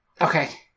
Okay